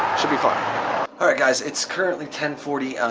should be fun. all right guys, it's currently ten forty.